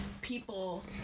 people